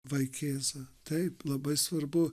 vaikėzą taip labai svarbu